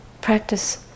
practice